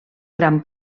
gran